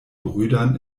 brüdern